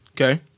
Okay